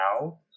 now